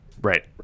right